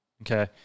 okay